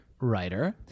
writer